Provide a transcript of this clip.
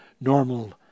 normal